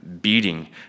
beating